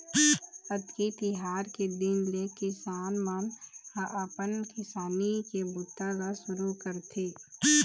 अक्ती तिहार के दिन ले किसान मन ह अपन किसानी के बूता ल सुरू करथे